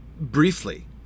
briefly